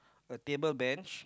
a table bench